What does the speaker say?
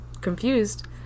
confused